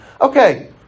Okay